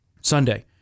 Sunday –